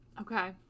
Okay